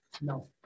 No